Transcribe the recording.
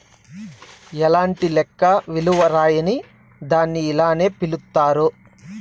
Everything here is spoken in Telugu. ఎలాంటి లెక్క విలువ రాయని దాన్ని ఇలానే పిలుత్తారు